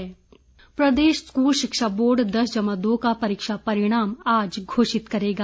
परीक्षा परिणाम प्रदेश स्कूल शिक्षा बोर्ड दस जमा दो का परीक्षा परिणाम आज घोषित करेगा